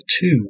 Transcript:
two